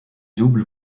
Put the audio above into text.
double